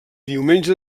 diumenge